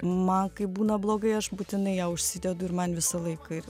man kai būna blogai aš būtinai ją užsidedu ir man visą laiką ir